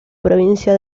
provincia